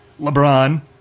LeBron